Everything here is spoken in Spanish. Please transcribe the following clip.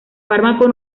fármaco